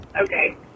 Okay